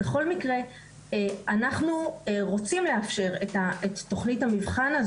בכל מקרה, אנחנו רוצים לאפשר את תוכנית המבחן,